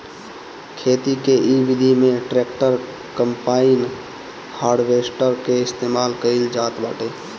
खेती के इ विधि में ट्रैक्टर, कम्पाईन, हारवेस्टर के इस्तेमाल कईल जात बाटे